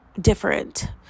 different